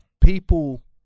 people